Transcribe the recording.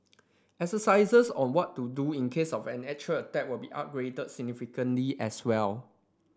exercises on what to do in case of an actual attack will be upgraded significantly as well